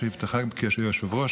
בשבתך כיושב-ראש,